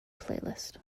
playlist